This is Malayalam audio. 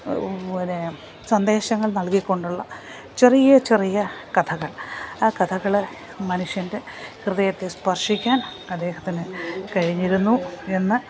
പിന്നെ സന്ദേശങ്ങൾ നൽകിക്കൊണ്ടുള്ള ചെറിയ ചെറിയ കഥകൾ ആ കഥകള് മനുഷ്യൻ്റെ ഹൃദയത്തെ സ്പർശിക്കാൻ അദ്ദേഹത്തിന് കഴിഞ്ഞിരുന്നു എന്ന്